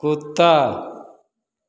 कुत्ता